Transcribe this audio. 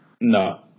No